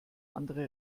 andere